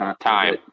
time